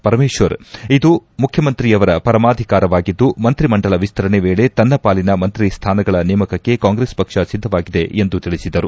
ಪರಮೇಶ್ವರ್ ಇದು ಮುಖ್ಯಮಂತ್ರಿಯವರ ಪರಮಾಧಿಕಾರವಾಗಿದ್ದು ಮಂತ್ರಿ ಮಂಡಲ ವಿಸ್ತರಣೆ ವೇಳಿ ತನ್ನ ಪಾಲಿನ ಮಂತ್ರಿ ಸ್ಥಾನಗಳ ನೇಮಕಕ್ಕೆ ಕಾಂಗ್ರೆಸ್ ಪಕ್ಷ ಸಿದ್ದವಾಗಿದೆ ಎಂದು ತಿಳಿಸಿದರು